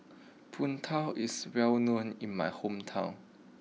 Png Tao is well known in my hometown